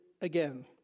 again